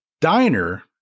diner